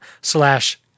slash